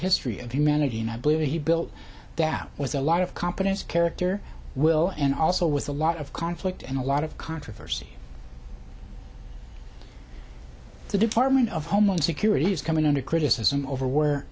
history of humanity and i believe he built down with a lot of competence character will and also with a lot of conflict and a lot of controversy the department of homeland security is coming under criticism over where